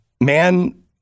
Man